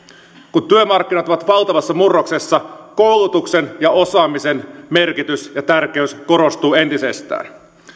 kun työmarkkinat ovat valtavassa murroksessa koulutuksen ja osaamisen merkitys ja tärkeys korostuvat entisestään